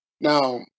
now